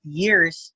years